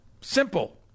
Simple